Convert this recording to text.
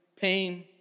pain